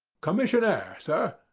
commissionaire, sir,